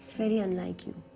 so very unlike you.